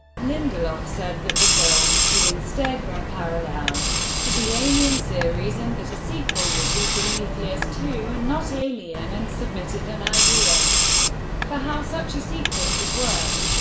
lindelof said that the film could instead run parallel to the alien series and that a sequel would be prometheus two and not alien, and submitted an idea for how such a sequel could work.